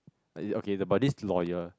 like okay it's about this lawyer